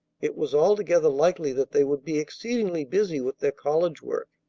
it was altogether likely that they would be exceedingly busy with their college work.